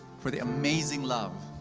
for the amazing love,